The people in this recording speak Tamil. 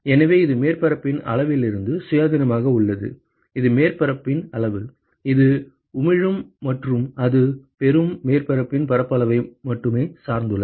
எனவே இது மேற்பரப்பின் அளவிலிருந்து சுயாதீனமாக உள்ளது இது மேற்பரப்பின் அளவு இது உமிழும் மற்றும் அது பெறும் மேற்பரப்பின் பரப்பளவை மட்டுமே சார்ந்துள்ளது